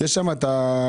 יש שם את הסיפור,